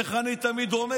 איך אני תמיד אומר?